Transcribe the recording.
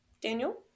Daniel